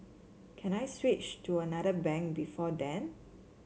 can I switch to another bank before then